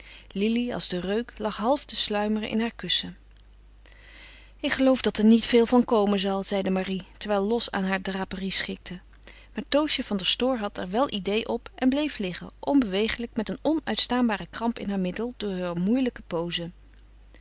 lili als de reuk lag half te sluimeren in haar kussen ik geloof dat er niet veel van komen zal zeide marie terwijl losch aan haar draperie schikte maar toosje van der stoor had er wel idée op en bleef liggen onbeweeglijk met een onuitstaanbare kramp in haar middel door heur moeielijke poze